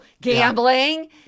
gambling